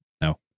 No